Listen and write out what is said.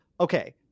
okay